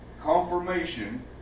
confirmation